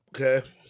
Okay